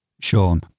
Sean